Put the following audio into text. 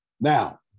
Now